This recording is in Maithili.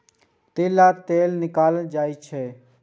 तिल सं तेल निकालल जाइ छै